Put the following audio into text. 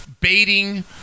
baiting